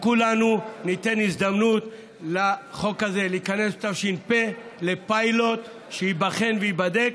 כולנו ניתן הזדמנות לחוק הזה להיכנס בתש"פ לפיילוט שייבחן וייבדק.